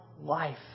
life